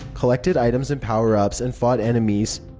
collected items and power-ups, and fought enemies.